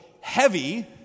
heavy